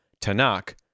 Tanakh